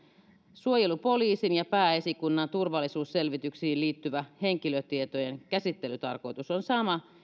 suojelupoliisin ja pääesikunnan turvallisuusselvityksiin liittyvä henkilötietojen käsittelytarkoitus on sama